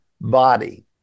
body